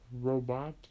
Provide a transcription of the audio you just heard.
robot